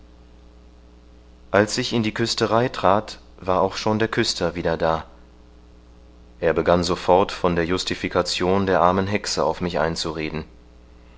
als ich in die küsterei trat war auch schon der küster wieder da er begann sofort von der justification der armen hexe auf mich einzureden